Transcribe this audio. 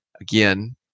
Again